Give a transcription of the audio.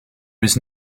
was